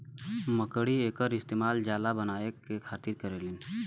मकड़ी एकर इस्तेमाल जाला बनाए के खातिर करेलीन